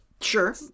Sure